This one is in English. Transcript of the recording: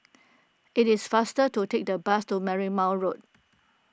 it is faster to take the bus to Marymount Road